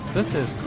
this is